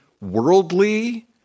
Worldly